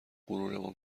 غرورمان